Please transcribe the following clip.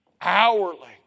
Hourly